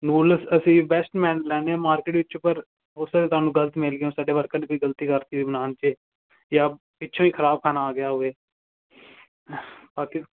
noodles ਅਸੀਂ best ਮੈਨ ਲੈਂਦੇ ਹਾਂ ਮਾਰਕੀਟ ਵਿੱਚ ਪਰ ਹੋ ਸਕਦਾ ਤੁਹਾਨੂੰ ਗਲਤ ਮਿਲ ਗਿਆ ਸਾਡੇ ਵਰਕਰ ਨੇ ਕੋਈ ਗਲਤੀ ਕਰਤੀ ਹੋਏ ਬਣਾਉਣ 'ਚ ਜਾਂ ਪਿੱਛੋਂ ਹੀ ਖਰਾਬ ਖਾਣਾ ਆ ਗਿਆ ਹੋਵੇ ਬਾਕੀ